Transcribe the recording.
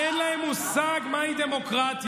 אין לכם מושג מהי דמוקרטיה.